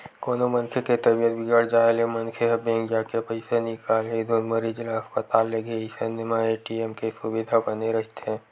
कोनो मनखे के तबीयत बिगड़ जाय ले मनखे ह बेंक जाके पइसा निकालही धुन मरीज ल अस्पताल लेगही अइसन म ए.टी.एम के सुबिधा बने रहिथे